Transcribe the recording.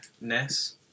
Ness